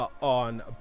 on